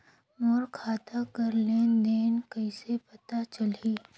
मोर खाता कर लेन देन कइसे पता चलही?